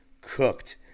cooked